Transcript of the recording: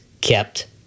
kept